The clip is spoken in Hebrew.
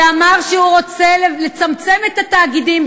שאמר שהוא רוצה לצמצם את התאגידים,